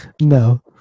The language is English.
No